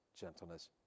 gentleness